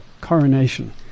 Coronation